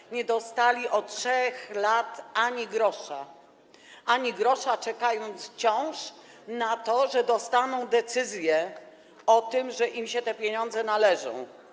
Otóż nie dostali oni od 3 lat ani grosza - ani grosza - czekając wciąż na to, że dostaną decyzję o tym, że im się te pieniądze należą.